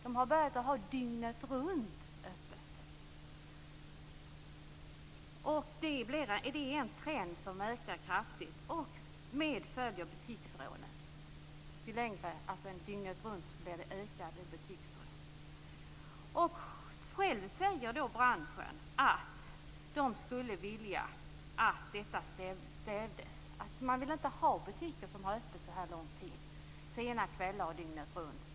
De har börjat ha dygnet-runt-öppet. Detta är en trend som ökar kraftigt, och med den följer butiksrånen. Ju längre man har öppet, desto mer ökar butiksrånen. Inom branschen säger man själv att man skulle vilja att detta kunde stävjas. Man vill inte ha butiker som har öppet under så här lång tid, sena kvällar och dygnet runt.